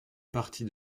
partie